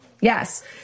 Yes